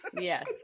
yes